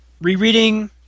Rereading